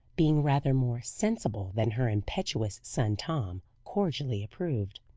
being rather more sensible than her impetuous son tom, cordially approved.